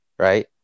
Right